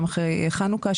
גם אחרי חנוכה,